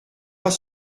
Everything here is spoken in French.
pas